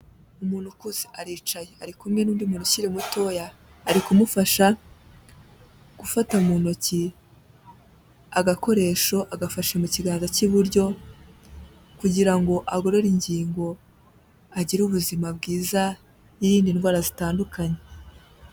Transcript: Umuntu ukuze aricaye ari kumwe n'undi muntu ukiri mutoya, ari kumufasha gufata mu ntoki agakoresho agafashe mu kiganza cy'iburyo kugira ngo agorore ingingo, agire ubuzima bwiza yirinde ndwara zitandukanye.